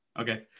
okay